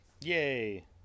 Yay